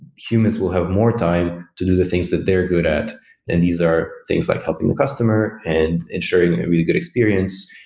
humans will have more time to do the things that they're good at, and these are things like helping a customer and ensuring and a really good experience.